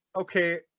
okay